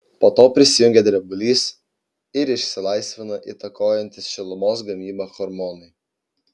po to prisijungia drebulys ir išsilaisvina įtakojantys šilumos gamybą hormonai